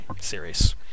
series